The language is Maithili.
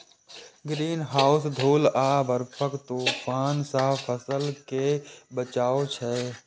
ग्रीनहाउस धूल आ बर्फक तूफान सं फसल कें बचबै छै